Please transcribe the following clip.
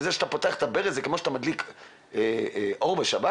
זה שאתה פותח את הברז זה כמו שאתה מדליק אור בשבת.